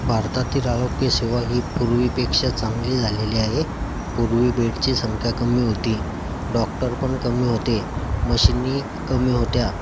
भारतातील आरोग्यसेवा ही पूर्वीपेक्षा चांगली झालेली आहे पूर्वी बेडची संख्या कमी होती डॉक्टर पण कमी होते मशिनी कमी होत्या